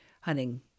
hunting